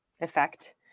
effect